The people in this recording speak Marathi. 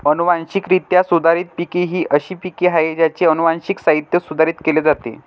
अनुवांशिकरित्या सुधारित पिके ही अशी पिके आहेत ज्यांचे अनुवांशिक साहित्य सुधारित केले जाते